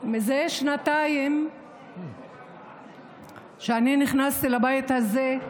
מזה שנתיים מאז שנכנסתי לבית הזה,